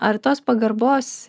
ar tos pagarbos